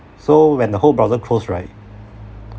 so when the whole browser close right